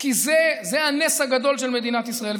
כי זה הנס הגדול של מדינת ישראל.